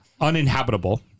uninhabitable